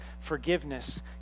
forgiveness